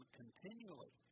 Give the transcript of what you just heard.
continually